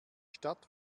stadt